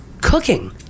cooking